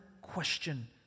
question